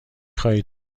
خواهی